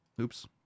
Oops